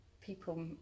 people